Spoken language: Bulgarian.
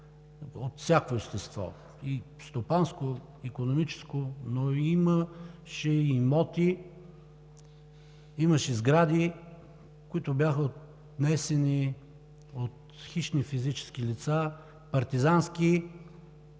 от всякакво естество – стопанско, икономическо, но имаше имоти, имаше сгради, които бяха отнесени от хищни физически лица, партизански